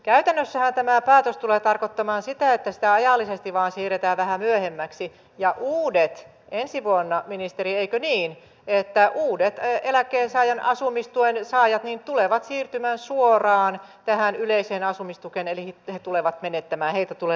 käytännössähän tämä päätös tulee tarkoittamaan sitä että sitä ajallisesti vain siirretään vähän myöhemmäksi ja ensi vuonna uudet eikö niin ministeri eläkkeensaajan asumistuen saajat tulevat siirtymään suoraan tähän yleiseen asumistukeen eli he tulevat menettämään heiltä tulee leikkaantumaan tämä pois